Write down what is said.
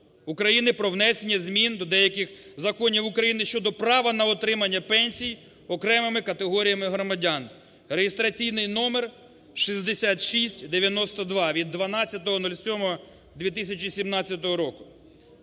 України про внесення змін до деяких законів України щодо права на отримання пенсій окремими категоріями громадян (реєстраційний №6692) від 12.07.2017 року.